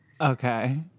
Okay